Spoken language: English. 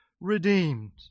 redeemed